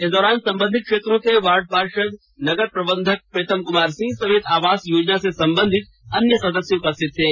इस दौरान संबंधित क्षेत्र के वार्ड पार्षद नगर प्रबंधक प्रीतम कुमार सिंह समेत आवास योजना से संबंधित अन्य सदस्य उपस्थित थे